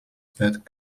pet